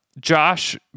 Josh